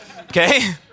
okay